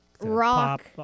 rock